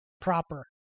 Proper